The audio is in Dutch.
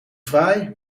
fraai